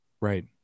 right